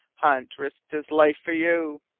hunt risked his life for you.